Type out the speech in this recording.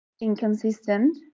inconsistent